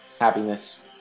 happiness